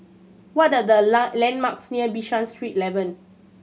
what are the long landmarks near Bishan Street Eleven